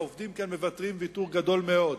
והעובדים כאן מוותרים ויתור גדול מאוד,